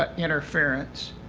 ah interference.